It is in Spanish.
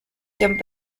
quien